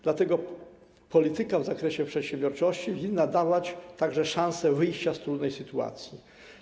Dlatego polityka w zakresie przedsiębiorczości winna dawać także szansę wyjścia z trudnej sytuacji.